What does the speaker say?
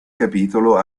capitolo